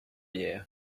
you